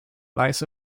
lies